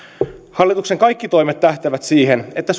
hallituksen kaikki toimet tähtäävät siihen että